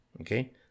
okay